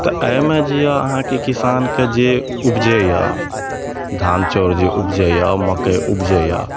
तऽ एहिमे जे यऽ अहाँके किसान कऽ जे उपजै यऽ धान चाउर जे उपजै यऽ मकै उपजै यऽ